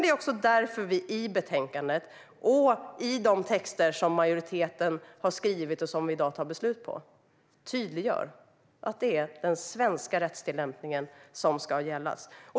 Det är också därför som vi i betänkandet och i de texter som majoriteten har skrivit och som vi i dag tar beslut på tydliggör att det är den svenska rättstillämpningen som ska gälla.